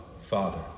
Father